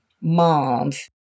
moms